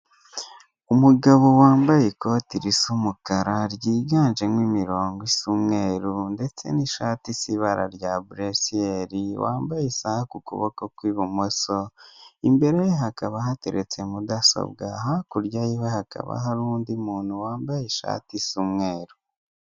Umugabo wambaye ikoti risa umukara, ryiganjemo imirongo isa umweru ndetse n'ishati isa ibara rya buresiyeri, wambaye isaha ku kuboko kw'ibumoso, imbere ye hakaba hateretse mudasobwa, hakurya yiwe hakaba hari undi muntu wambaye ishati isa umweru.